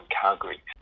Calgary